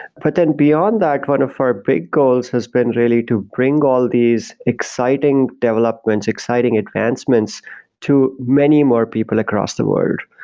but then beyond that, one of our big goals has been really to bring all these exciting developments, exciting advancements to many more people across the world.